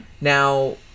Now